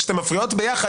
כשאתן מפריעות ביחד,